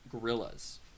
gorillas